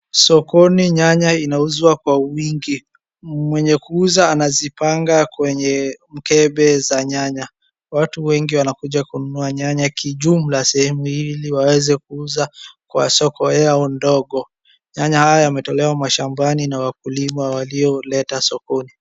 Sokoni nyanya inauzwa kwa wingi, mwenye kuuza anazipanga kwenye mkembe za nyanya. Watu wengi wanakuja kununua nyanaya kijumla sehemu hii ili waweze kuuza kwa soko yao ndogo. Nyanya haya yametolewa mashambani na wakulima walio leta sokoni.